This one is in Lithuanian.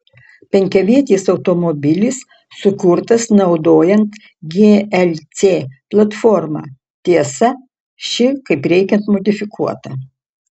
penkiavietis automobilis sukurtas naudojant glc platformą tiesa ši kaip reikiant modifikuota